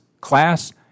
class